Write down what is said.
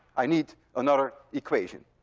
i need another equation.